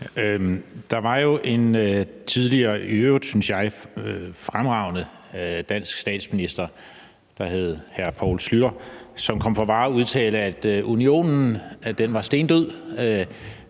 Der var jo en tidligere og i øvrigt, synes jeg, fremragende dansk statsminister, der hed Poul Schlüter, som kom for skade at udtale, at unionen var stendød,